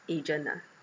agent ah